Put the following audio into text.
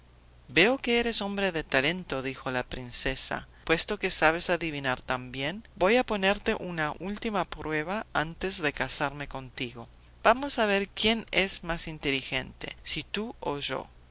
veo que eres hombre de talento dijo la princesa puesto que sabes adivinar tan bien voy a ponerte una última prueba antes de casarme contigo vamos a ver quién es más inteligente si tú o yo